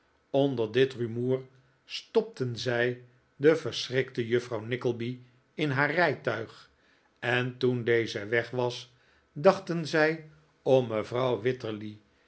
onder dit rumoer stopten zij de verschrikte juffrouw nickleby in haar rijtuig en toen deze weg was dachten zij om mevrouw wititterly